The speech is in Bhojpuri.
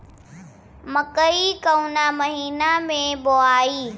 मकई कवना महीना मे बोआइ?